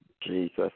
Jesus